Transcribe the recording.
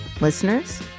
Listeners